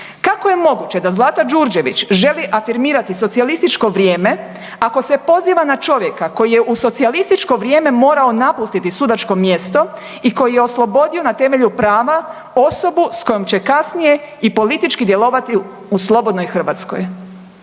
Kako je moguće da Zlata Đurđević želi afirmirati socijalističko vrijeme ako se poziva na čovjeka koji je u socijalističko vrijeme morao napustiti sudačko mjesto i koji je oslobodio na temelju prava osobu sa kojom će kasnije i politički djelovati u slobodnoj Hrvatskoj.